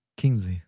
quinze